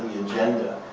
agenda.